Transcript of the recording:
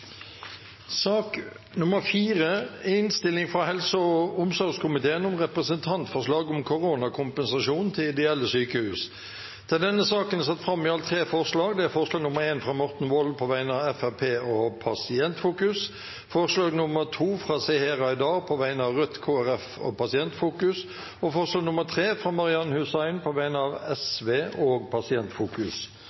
er det satt fram i alt tre forslag. Det er forslag nr. 1, fra Morten Wold på vegne av Fremskrittspartiet og Pasientfokus forslag nr. 2, fra Seher Aydar på vegne av Rødt, Kristelig Folkeparti og Pasientfokus forslag nr. 3, fra Marian Hussein på vegne av